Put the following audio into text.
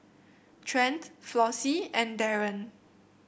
Trent Flossie and Daren